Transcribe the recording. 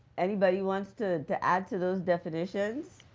anybody wants to to add to those definitions?